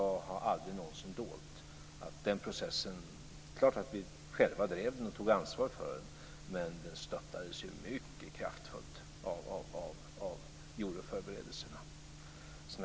Vi drev själva den processen och tog ansvar för den, men jag har aldrig någonsin dolt att den mycket kraftfullt stöttades av euroförberedelserna.